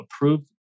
approved